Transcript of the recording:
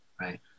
right